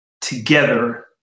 together